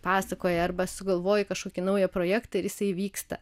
pasakoja arba sugalvoji kažkokį naują projektą ir jisai vyksta